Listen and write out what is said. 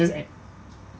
just at